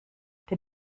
der